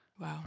Wow